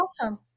awesome